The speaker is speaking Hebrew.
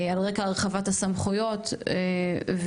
על רקע הרחבת הסמכויות והיעדר